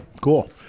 cool